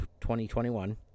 2021